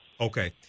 Okay